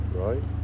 right